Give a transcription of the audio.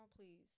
Please